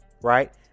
right